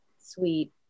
sweet